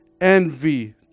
envy